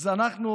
אז אנחנו,